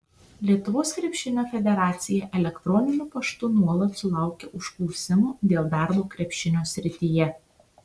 lietuvos krepšinio federacija elektroniniu paštu nuolat sulaukia užklausimų dėl darbo krepšinio srityje